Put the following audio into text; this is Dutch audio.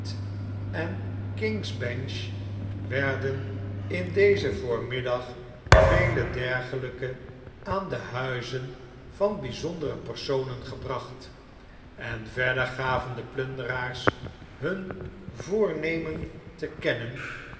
en king's bench werden in den voormiddag vele dergelijke aan de huizen van bijzondere personen gebracht en verder gaven de plunderaars bun voornemen te kennen